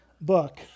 book